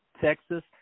Texas